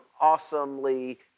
awesomely